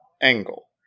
angle